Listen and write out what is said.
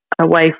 away